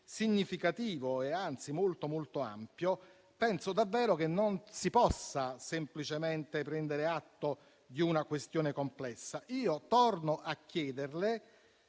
significativo e anzi molto ampio, penso davvero che non si possa semplicemente prendere atto di una questione complessa. Torno a chiederle,